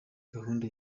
gahunda